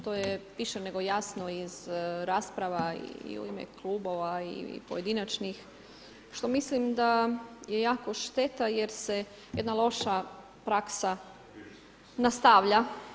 To je više nego jasno iz rasprava i u ime klubova i pojedinačnih što mislim da je jako šteta jer se jedna loša praksa nastavlja.